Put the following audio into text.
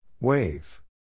Wave